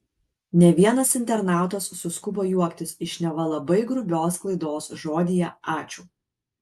ne vienas internautas suskubo juoktis iš neva labai grubios klaidos žodyje ačiū